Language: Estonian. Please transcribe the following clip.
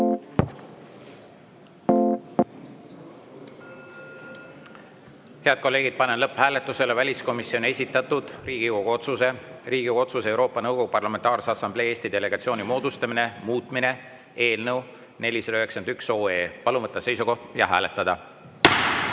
kolleegid, panen lõpphääletusele väliskomisjoni esitatud Riigikogu otsuse "Riigikogu otsuse "Euroopa Nõukogu Parlamentaarse Assamblee Eesti delegatsiooni moodustamine" muutmine" eelnõu 491. Palun võtta seisukoht ja hääletada!